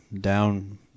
down